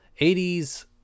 80s